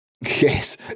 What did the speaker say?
Yes